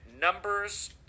Numbers